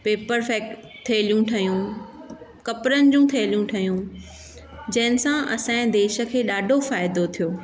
paper फैक थेलियूं ठहियूं कपिड़नि जूं थैलियूं ठहियूं जंहिंसां असांजे देश के फ़ाइदो थिओ